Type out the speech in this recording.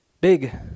Big